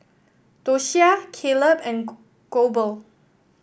Doshia Caleb and Goebel